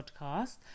podcast